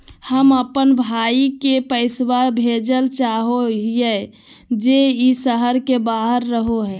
हम अप्पन भाई के पैसवा भेजल चाहो हिअइ जे ई शहर के बाहर रहो है